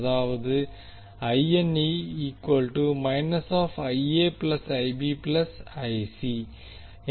அதாவது